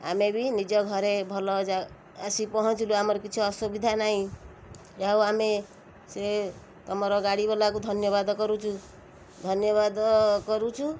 ଆମେ ବି ନିଜେ ଘରେ ଭଲ ଆସି ପହଞ୍ଚିଲୁ ଆମର କିଛି ଅସୁବିଧା ନାହିଁ ଯାହା ହଉ ଆମେ ସେ ତୁମର ଗାଡ଼ିବାଲାକୁ ଧନ୍ୟବାଦ କରୁଛୁ ଧନ୍ୟବାଦ କରୁଛୁ